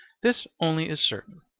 this only is certain,